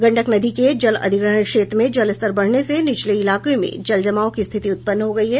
गंडक नदी के जलअधिग्रहण क्षेत्र में जलस्तर बढ़ने से निचले इलाके में जलजमाव की स्थिति उत्पन्न हो गयी है